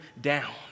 down